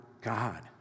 God